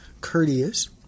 courteous